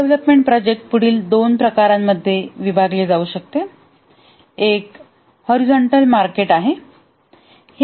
product development project पुढील दोन प्रकारांमध्ये विभागले जाऊ शकते एक हॉरिझॉन्टल मार्केट आहे